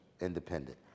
independent